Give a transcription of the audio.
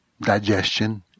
digestion